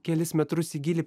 kelis metrus į gylį